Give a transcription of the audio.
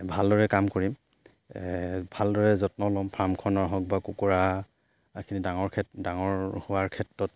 ভালদৰে কাম কৰিম ভালদৰে যত্ন ল'ম ফাৰ্মখনৰ হওক বা কুকুৰাখিনি ডাঙৰ ক্ষে ডাঙৰ হোৱাৰ ক্ষেত্ৰত